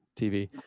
TV